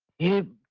you